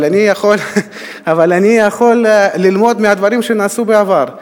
אבל אני יכול ללמוד מהדברים שנעשו בעבר.